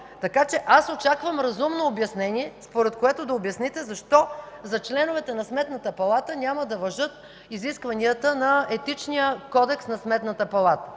закон. Аз очаквам разумно обяснение, според което да обясните: защо за членовете на Сметната палата няма да важат изискванията на Етичния кодекс на Сметната палата?